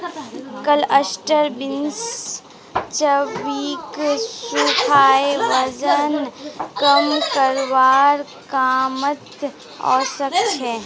cluster beans चर्बीक सुखाए वजन कम करवार कामत ओसछेक